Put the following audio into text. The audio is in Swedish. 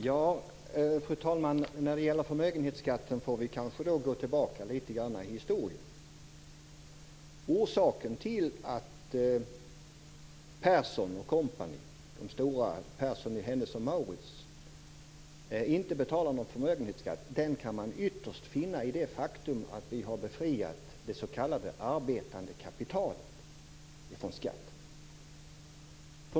Fru talman! När det gäller förmögenhetsskatten får vi kanske gå tillbaka litet grand i historien. Orsaken till att Persson och kompani, dvs. Persson i Hennes & Mauritz, inte betalar någon förmögenhetsskatt kan man ytterst finna i det faktum att vi har befriat det s.k. arbetande kapitalet från skatt.